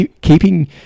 keeping